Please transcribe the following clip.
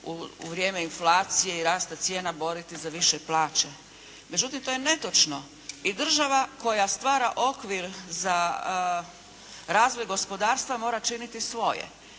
u vrijeme inflacije i rasta cijena boriti za više plaće. Međutim, to je netočno. I država koja stvara okvir za razvoj gospodarstva mora činiti svoje.